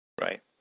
Right